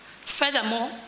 Furthermore